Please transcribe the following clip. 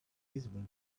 visible